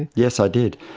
yes, i did.